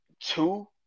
two